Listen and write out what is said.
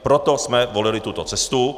Proto jsme volili tuto cestu.